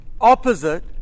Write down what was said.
opposite